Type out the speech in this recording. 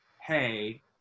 hey